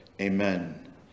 amen